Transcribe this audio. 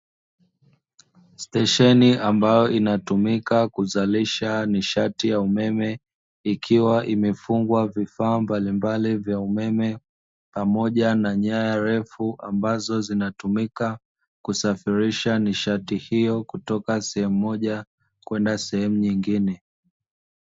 Stesheni ambayo inatumika kuzalisha nishati ya umeme ikiwaimefungwa vifaa mbalimbali vya umeme. Pamoja na nyaya refu ambazo zinatumika kusafirisha nishati iyo kutoka sehemu moja kwenda sehemu nyingine.